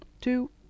Two